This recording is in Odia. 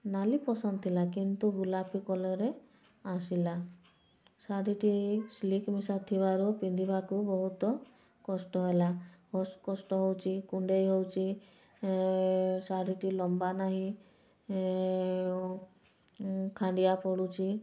ନାଲି ପସନ୍ଦ ଥିଲା କିନ୍ତୁ ଗୋଲାପି କଲରରେ ଆସିଲା ଶାଢ଼ୀଟି ଶିଲ୍କ ମିଶା ଥିବାରୁ ପିନ୍ଧିବାକୁ ବହୁତ କଷ୍ଟ ହେଲା ବହୁତ କଷ୍ଟ ହେଉଛି କୁଣ୍ଡେଇ ହେଉଛି ଶାଢ଼ୀଟି ଲମ୍ୱା ନାହିଁ ଖାଣ୍ଡିଆ ପଡ଼ୁଛି